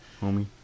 Homie